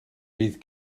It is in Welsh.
bydd